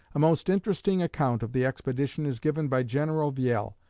a most interesting account of the expedition is given by general viele,